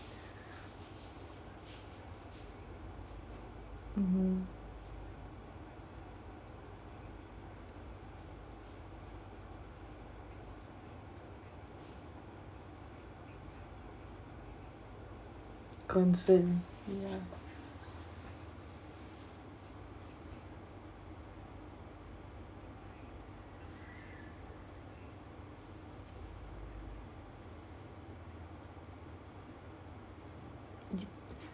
mmhmm concern ya th~